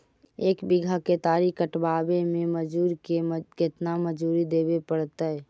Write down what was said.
एक बिघा केतारी कटबाबे में मजुर के केतना मजुरि देबे पड़तै?